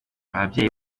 ababyeyi